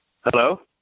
Hello